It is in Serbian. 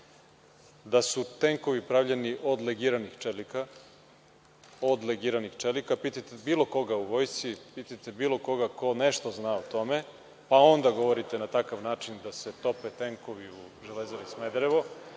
da su tenkovi pravljeni od legiranih čelika. Pitajte bilo koga u vojsci, pitajte bilo koga ko nešto zna o tome, pa onda govorite na takav način da se tope tenkovi u „Železari Smederevo“.„Železara